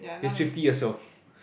he's fifty years old